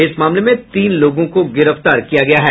इस मामले में तीन लोगों को गिरफ्तार किया गया है